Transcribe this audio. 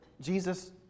Jesus